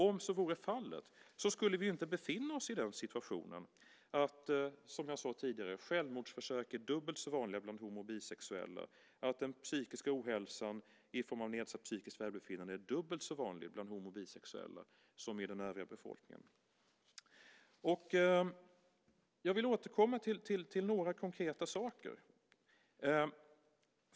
Om så vore fallet skulle vi inte befinna oss i den situationen, som jag sade tidigare, att självmordsförsök är dubbelt så vanliga bland homo och bisexuella och att den psykiska ohälsan i form av nedsatt psykiskt välbefinnande är dubbelt så vanlig bland homo och bisexuella som i den övriga befolkningen. Jag vill återkomma till några konkreta saker.